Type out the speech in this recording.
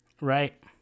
Right